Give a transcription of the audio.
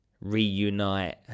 reunite